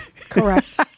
Correct